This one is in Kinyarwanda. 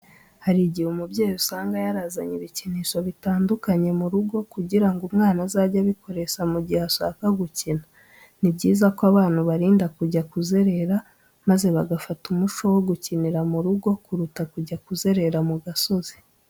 Hari igihe umubyeyi usanga yarazanye ibikinisho bitandukanye mu rugo kugira ngo umwana azajye abikoresha mu gihe ashaka gukina. Ni byiza ko abana ubarinda kujya kuzerera maze bagafata umuco wo gukinira mu rugo kuruta kujya kuzerera mu gasozi.